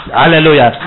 hallelujah